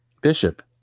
Bishop